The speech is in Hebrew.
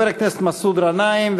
חבר הכנסת מסעוד גנאים,